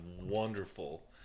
wonderful